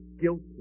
guilty